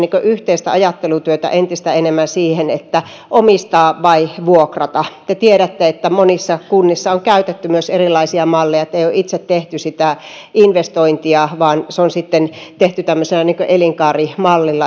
yhteistä ajattelutyötä entistä enemmän omistaa vai vuokrata te tiedätte että monissa kunnissa on käytetty myös erilaisia malleja ettei ole itse tehty sitä investointia vaan se on sitten tehty elinkaarimallina